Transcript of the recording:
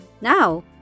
Now